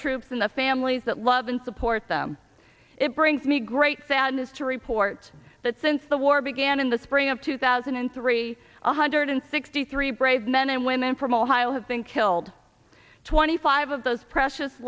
troops and the fan please that love and support them it brings me great sadness to report that since the war began in the spring of two thousand and three one hundred sixty three brave men and women from ohio have been killed twenty five of those precious